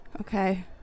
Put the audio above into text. Okay